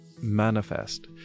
manifest